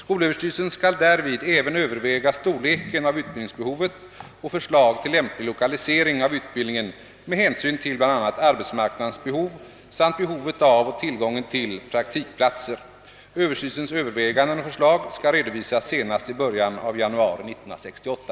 Skolöverstyrelsen skall därvid även överväga storleken av utbildningsbehovet och förslag till lämplig lokalisering av utbildningen med hänsyn till bl.a. arbetsmarknadens behov samt behovet av och tillgången till praktikplatser. Överstyrelsens överväganden och förslag skall redovisas senast i början av januari 1968.